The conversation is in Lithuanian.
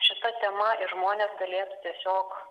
šita tema ir žmonės galėtų tiesiog